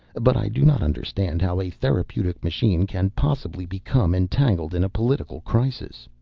but i do not understand how a therapeutic machine can possibly become entangled in a political crisis.